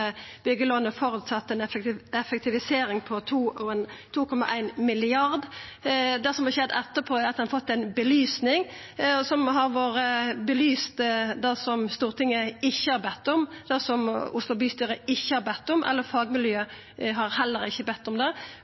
byggelånet føresette ei effektivisering på 2,1 mrd. kr. Det som har skjedd etterpå, er at ein har fått ei belysning som har belyst det som Stortinget ikkje har bedt om, det som Oslo bystyre ikkje har bedt om, og som heller ikkje fagmiljøet har bedt om, for belysninga gjekk ut på at ein skulle ta Rikshospitalet ned til Ullevål i ein etappe. Det